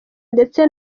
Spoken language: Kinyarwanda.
ndetse